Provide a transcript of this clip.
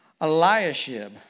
Eliashib